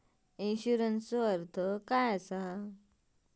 इन्शुरन्सचो अर्थ काय असा?